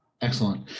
Excellent